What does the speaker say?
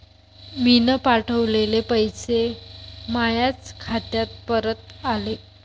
मीन पावठवलेले पैसे मायाच खात्यात परत आले